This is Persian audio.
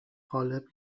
غالب